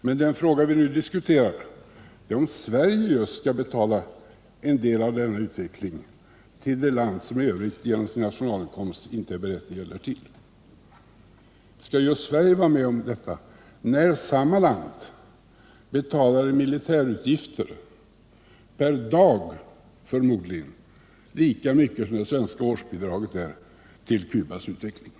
Men den fråga vi nu diskuterar är om just Sverige skall betala en del av denna utveckling i ett land, som i övrigt genom sin nationalinkomst inte är berättigat därtill. Skall just Sverige vara med om att ge utvecklingsbistånd, när landet i fråga betalar i militärutgifter — per dag förmodligen — lika mycket som det svenska årsbidraget är till landets utveckling?